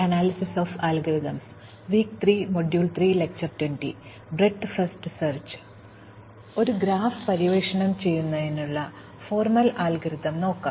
അതിനാൽ ഒരു ഗ്രാഫ് പര്യവേക്ഷണം ചെയ്യുന്നതിനുള്ള ഫോർമൽ അൽഗോരിതം നോക്കാം